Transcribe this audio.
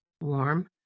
warm